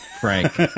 Frank